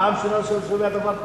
פעם ראשונה שאני שומע דבר כזה.